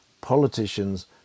politicians